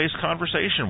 conversation